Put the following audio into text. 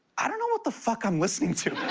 i don't know what the fuck i'm listening to.